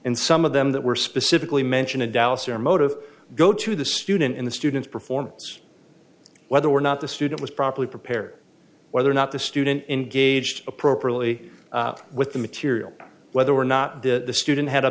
and some of them that were specifically mention a dowser motive go to the student in the student's performance whether or not the student was properly prepared whether or not the student engaged appropriately with the material whether or not the student had a